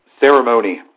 ceremony